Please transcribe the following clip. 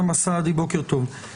אוסאמה סעדי, בוקר טוב -- בוקר טוב.